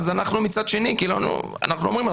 אנחנו אומרים לו,